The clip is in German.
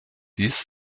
dies